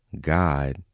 God